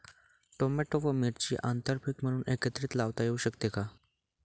Tomato व मिरची आंतरपीक म्हणून एकत्रित लावता येऊ शकते का?